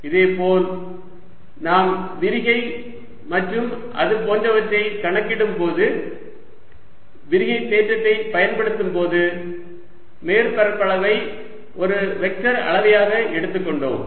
இதேபோல் நாம் விரிகை மற்றும் அது போன்றவற்றைக் கணக்கிடும்போது விரிகை தேற்றத்தைப் பயன்படுத்தும் போது மேற்பரப்பளவை ஒரு வெக்டர் அளவையாக எடுத்துக்கொண்டோம்